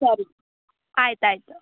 ಸರಿ ಆಯ್ತು ಆಯಿತು